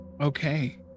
Okay